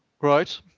Right